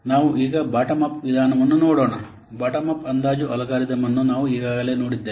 ನಾವು ಈಗ bottom up ವಿಧಾನವನ್ನು ನೋಡೋಣ ಬಾಟಮ್ ಅಪ್ ಅಂದಾಜು ಅಲ್ಗಾರಿದಮ್ಅನ್ನು ನಾವು ಈಗಾಗಲೇ ನೋಡಿದ್ದೇವೆ